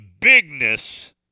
bigness